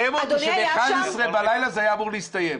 הם אמרו שב-23:00 בלילה זה היה אמור להסתיים.